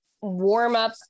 warm-up